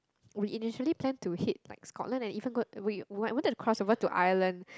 we initially plan to hit like Scotland and even go we wanted to cross over to Ireland